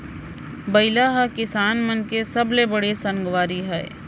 बइला ह किसान मन के सबले बड़े संगवारी हय